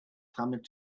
clamored